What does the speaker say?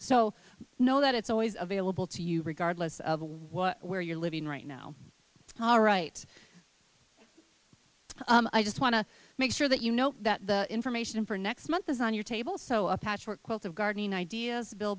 so know that it's always available to you regardless of what where you're living right now all right i just want to make sure that you know that the information for next month is on your table so a patchwork quilt of gardening ideas bill